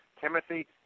Timothy